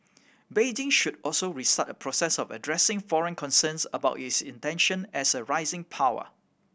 Beijing should also restart a process of addressing foreign concerns about its intention as a rising power